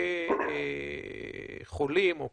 כחולים או